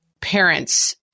Parents